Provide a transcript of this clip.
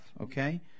okay